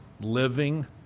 living